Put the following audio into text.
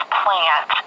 plant